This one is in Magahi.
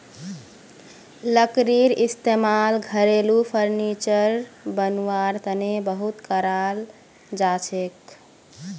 लकड़ीर इस्तेमाल घरेलू फर्नीचर बनव्वार तने बहुत कराल जाछेक